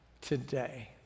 today